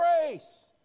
grace